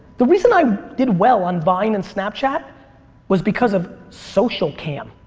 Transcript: the reason i did well on vine and snapchat was because of socialcam.